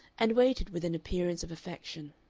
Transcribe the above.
and waited with an appearance of affection.